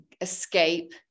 escape